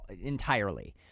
entirely